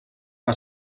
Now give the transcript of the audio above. que